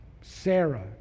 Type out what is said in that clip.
Sarah